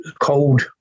cold